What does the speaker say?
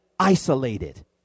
isolated